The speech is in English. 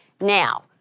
Now